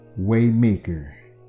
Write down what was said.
Waymaker